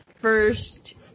first